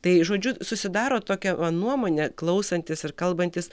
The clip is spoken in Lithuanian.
tai žodžiu susidaro tokia va nuomonė klausantis ir kalbantis